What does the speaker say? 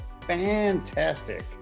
fantastic